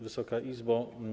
Wysoka Izbo!